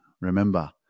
remember